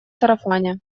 сарафане